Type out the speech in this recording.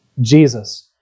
Jesus